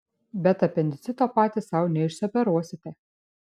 bet apendicito patys sau neišsioperuosite